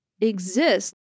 exist